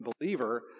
believer